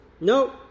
No